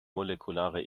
molekulare